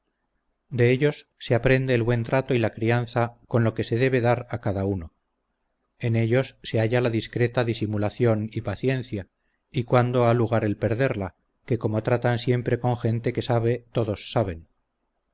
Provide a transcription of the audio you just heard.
de ellos se aprende el buen trato y la crianza con lo que se debe dar a cada uno en ellos se halla la discreta disimulación y paciencia y cuando ha lugar el perderla que como tratan siempre con gente que sabe todos saben